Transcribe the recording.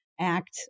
act